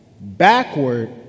backward